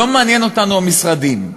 לא מעניינים אותנו המשרדים.